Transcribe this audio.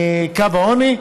מקו העוני.